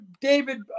David